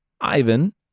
Ivan